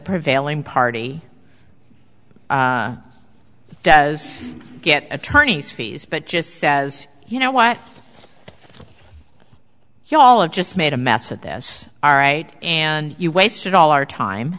prevailing party does get attorney's fees but just says you know what you all just made a mess of this all right and you wasted all our time